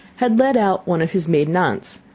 had led out one of his maiden aunts,